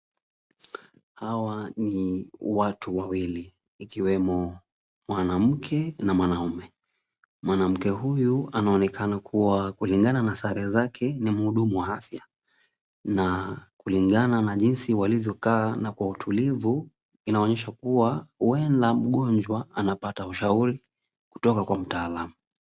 Hawa ni watu wawili ikiwemo mwanamke na mwanaume. Mwanamke huyu anaonekana kuwa kulingana na sare zake ni muhudumu wa afya na kulingana na jinsi walivyokaa kwa utulivu inaonyesha kuwa huenda mgonjwa anapata ushauri kutoka kwa mtaalamu.